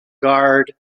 garde